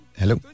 hello